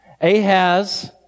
Ahaz